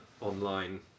online